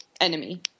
enemy